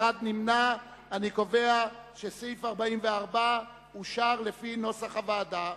אני קובע שסעיף 41 אושר כנוסח הוועדה.